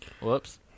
Whoops